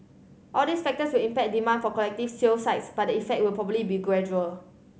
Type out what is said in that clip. all these factors will impact demand for collective sale sites but the effect will probably be gradual